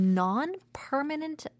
non-permanent